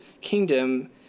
kingdom